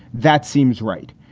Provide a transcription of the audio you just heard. that seems right.